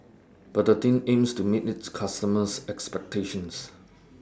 Betadine aims to meet its customers' expectations